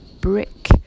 brick